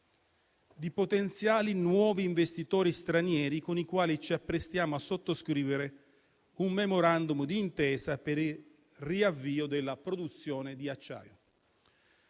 di potenziali nuovi investitori stranieri con i quali ci apprestiamo a sottoscrivere un *memorandum* d'intesa per il riavvio della produzione di acciaio.